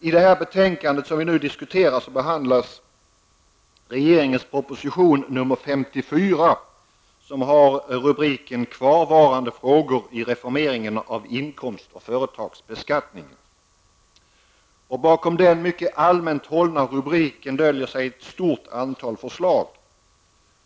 I det betänkande som vi nu diskuterar behandlas regeringens proposition nr 54 som har titeln Kvarvarande frågor i reformeringen av inkomst och företagsbeskattningen, m.m. Bakom denna mycket allmänt hållna rubrik döljer sig ett stort antal förslag.